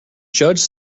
judge